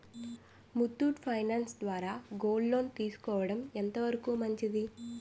Muthoot finance ద్వారా gold loan తీసుకోవడం ఎంత వరకు మంచిది?